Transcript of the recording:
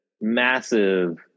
massive